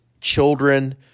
children